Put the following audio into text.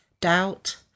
doubt